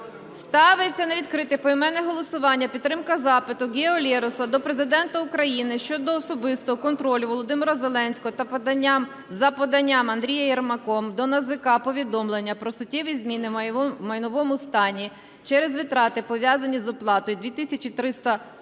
Ставиться на відкрите поіменне голосування підтримка запиту Гео Лероса до Президента України щодо особистого контролю Володимира Зеленського за поданням Андрієм Єрмаком до НАЗК повідомлення про суттєві зміни в майновому стані через витрати, пов'язані з оплатою 2